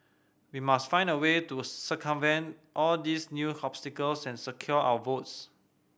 we must find a way to circumvent all these new obstacles and secure our votes